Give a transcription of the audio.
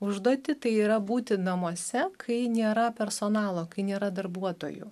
užduotį tai yra būti namuose kai nėra personalo kai nėra darbuotojų